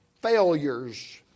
failures